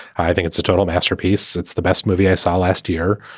i think it's a total masterpiece. it's the best movie i saw last year.